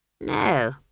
No